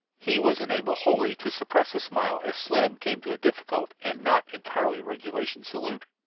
he was unable wholly to suppress a smile as slim came to a difficult and not entirely regulation salute.